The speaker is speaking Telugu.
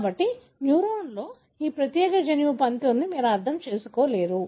కాబట్టి న్యూరాన్లో ఈ ప్రత్యేక జన్యువు పనితీరును మీరు అర్థం చేసుకోలేరు